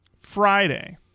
friday